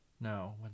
No